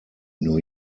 new